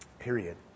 period